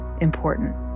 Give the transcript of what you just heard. important